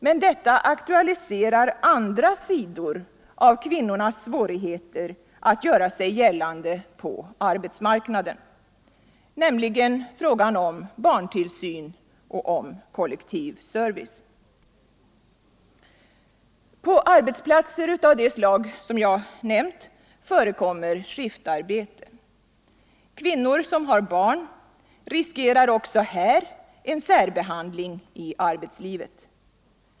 Men detta aktualiserar de andra sidorna av kvinnornas svårigheter att göra sig gällande på arbetsmarknaden, nämligen frågan om barntillsyn och kollektiv service. På arbetsplatser av det slag som jag nämnt förekommer skiftarbete. Kvinnor som har barn riskerar också här en särbehandling i arbetslivet.